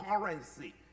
currency